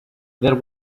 there